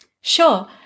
Sure